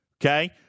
Okay